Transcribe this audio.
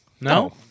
No